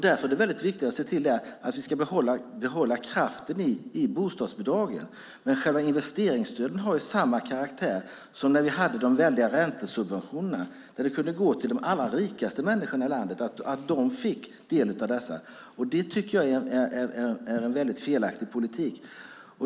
Därför är det väldigt viktigt att se till att behålla kraften i bostadsbidragen. Men själva investeringsstöden har samma karaktär som de väldiga räntesubventionerna, som kunde gå till de allra rikaste människorna i landet. Det tycker jag är en väldigt felaktig politik.